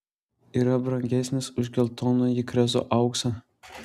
yra brangesnis už geltonąjį krezo auksą